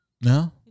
No